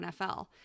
NFL